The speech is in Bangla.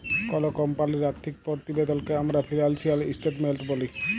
কল কমপালির আথ্থিক পরতিবেদলকে আমরা ফিলালসিয়াল ইসটেটমেলট ব্যলি